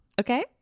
Okay